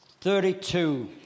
32